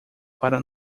para